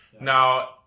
Now